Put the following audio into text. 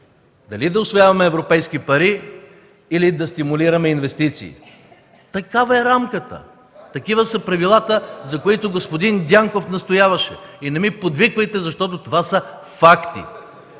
дали да усвояваме европейски пари, или да стимулираме инвестиции. Такава е рамката, такива са правилата, за които господин Дянков настояваше. (Възгласи: „Е-е-е!” от ГЕРБ.) И не ми подвиквайте, защото това са факти,